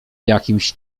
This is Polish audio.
jakimś